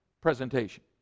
presentation